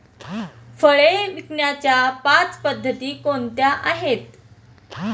फळे विकण्याच्या पाच पद्धती कोणत्या आहेत?